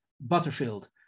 Butterfield